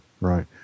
right